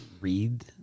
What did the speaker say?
read